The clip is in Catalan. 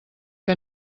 que